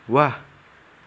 वाह